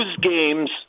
games